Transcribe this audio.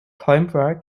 coimbra